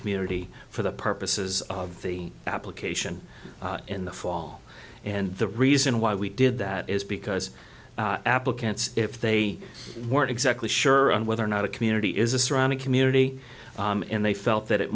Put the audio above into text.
community for the purposes of the application in the fall and the reason why we did that is because applicants if they weren't exactly sure whether or not a community is a surrounding community and they felt that it